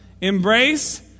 Embrace